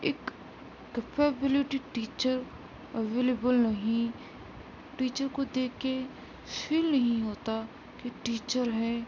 اک capability teacher available نہیں teacher کو دیکھ کے فیل نہیں ہوتا کہ ٹیچر ہے